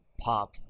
pop